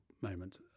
moment